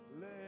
Let